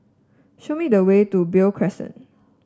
show me the way to Beo Crescent